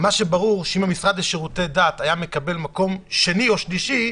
מה שברור שאם המשרד לשירותי דת היה מקבל מקום שני או שלישי,